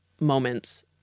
moments